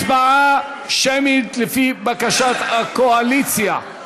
הצבעה שמית, לפי בקשת הקואליציה.